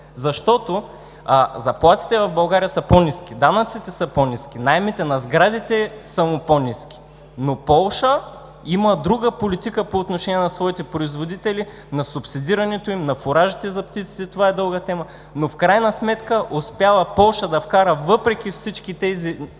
защото заплатите в България са по-ниски, данъците са по-ниски, наемите на сградите са му по-ниски. Но Полша има друга политика по отношение на своите производители – на субсидирането им, на фуражите за птиците, това е дълга тема. Но в крайна сметка Полша успява да вкара, въпреки всичките тези